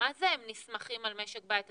מה זה הם נסמכים על משק בית?